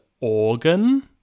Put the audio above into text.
organ